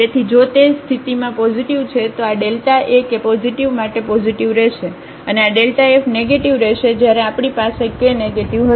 તેથી જો તે તે સ્થિતિમાં પોઝિટિવ છે તો આ Δ એ કે પોઝિટિવ માટે પોઝિટિવ રહેશે અને આ Δ f નેગેટીવ રહેશે જ્યારે આપણી પાસે કે નેગેટિવ હશે